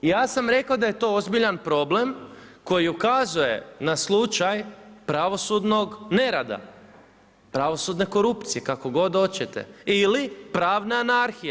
Ja sam rekao da je to ozbiljan problem koji ukazuje na slučaj pravosudnog nerada, pravosudne korupcije, kako god hoćete ili pravne anarhije.